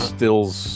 Still's